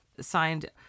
signed